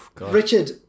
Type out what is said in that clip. Richard